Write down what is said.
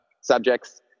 subjects